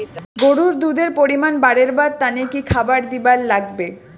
গরুর দুধ এর পরিমাণ বারেবার তানে কি খাবার দিবার লাগবে?